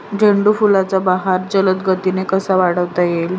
झेंडू फुलांचा बहर जलद गतीने कसा वाढवता येईल?